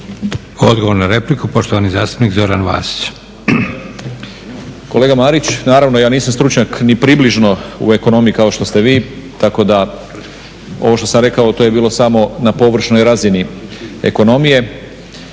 Odgovor na repliku, poštovani zastupnik Zoran Vasić. **Vasić, Zoran (SDP)** Kolega Marić, naravno ja nisam stručnjak ni približno u ekonomiji kao što ste vi tako da ovo što sam rekao to je bilo samo na površnoj razini ekonomije.